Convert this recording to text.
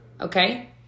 Okay